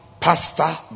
pastor